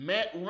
Matt